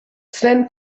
sven